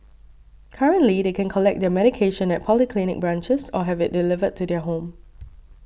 currently they can collect their medication at polyclinic branches or have it delivered to their home